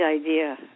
idea